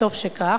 וטוב שכך,